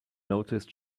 noticed